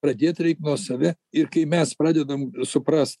pradėt reikia nuo savęs ir kai mes pradedam suprast